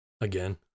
again